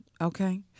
Okay